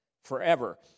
forever